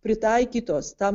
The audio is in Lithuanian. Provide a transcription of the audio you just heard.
pritaikytos tam